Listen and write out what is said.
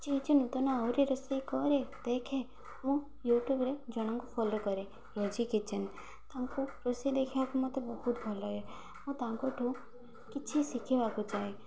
କିଛି କିଛି ନୂତନ ଆହୁରି ରୋଷେଇ କରେ ଦେଖେ ମୁଁ ୟୁଟ୍ୟୁବରେ ଜଣଙ୍କୁ ଫଲୋ କରେ ରୋଜି କିଚେନ୍ ତାଙ୍କୁ ରୋଷେଇ ଦେଖିବାକୁ ମୋତେ ବହୁତ ଭଲଲାଗେ ମୁଁ ତାଙ୍କଠୁ କିଛି ଶିଖିବାକୁ ଚାହେଁ